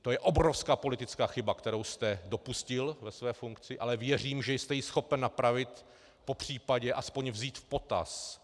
To je obrovská politická chyba, kterou jste dopustil ve své funkci, ale věřím, že jste ji schopen napravit, popřípadě aspoň vzít v potaz.